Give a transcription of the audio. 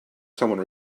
someone